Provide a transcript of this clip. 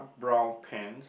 brown pants